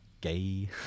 Gay